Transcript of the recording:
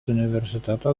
universiteto